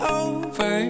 over